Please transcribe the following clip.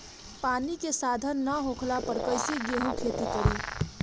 पानी के साधन ना होखला पर कईसे केहू खेती करी